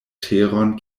teron